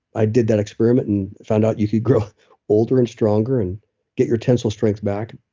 i did that experiment and found out you could grow older and stronger, and get your tensile strength back,